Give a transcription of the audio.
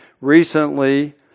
recently